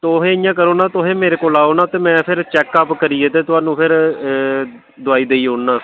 तुस इयां करो ना तुस मेरे कोल आओ ना में चैकअप करियै ते तोहानूं फिर दवाई देई ओड़नां